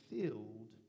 filled